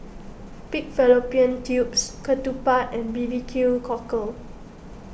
Pig Fallopian Tubes Ketupat and B B Q Cockle